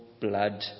blood